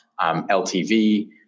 LTV